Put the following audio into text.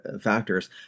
factors